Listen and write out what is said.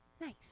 Nice